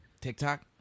TikTok